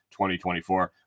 2024